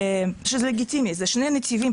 שזה לגיטימי, זה שני נתיבים.